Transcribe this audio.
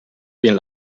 bien